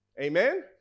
Amen